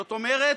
זאת אומרת,